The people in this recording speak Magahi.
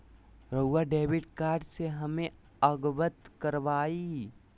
रहुआ डेबिट कार्ड से हमें अवगत करवाआई?